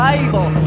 Bible